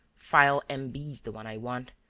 file m. b. is the one i want.